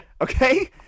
Okay